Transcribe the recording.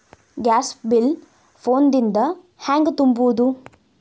Gas bill phone ದಿಂದ ಹ್ಯಾಂಗ ತುಂಬುವುದು?